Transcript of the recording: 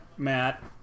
matt